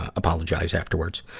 apologize afterwards.